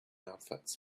outfits